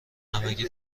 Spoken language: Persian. همگی